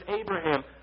Abraham